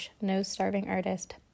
no-starving-artist